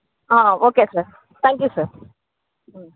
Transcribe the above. okay sir thank you sir